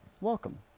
welcome